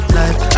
life